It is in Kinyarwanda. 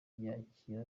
yakira